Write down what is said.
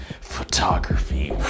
photography